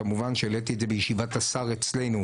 כמובן שהעליתי את זה בישיבת השר אצלנו,